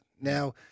Now